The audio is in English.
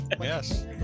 Yes